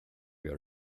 your